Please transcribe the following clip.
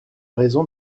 raison